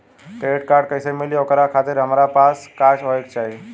Credit card कैसे मिली और ओकरा खातिर हमरा पास का होए के चाहि?